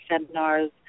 seminars